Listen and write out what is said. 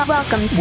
Welcome